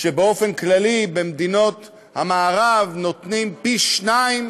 באופן כללי במדינות המערב נותנים פי-שניים